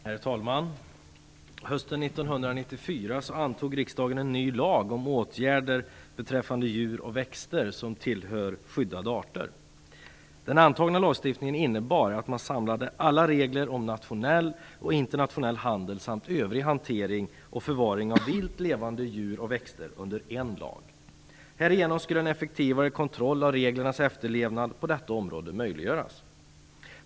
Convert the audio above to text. Herr talman! Hösten 1994 antog riksdagen en ny lag om åtgärder beträffande djur och växter som tillhör skyddade arter. Den antagna lagstiftningen innebar att man samlade alla regler om nationell och internationell handel samt övrig hantering och förvaring av vilt levande djur och växter under en lag. Härigenom skulle en effektivare kontroll av reglernas efterlevnad på detta område möjliggöras.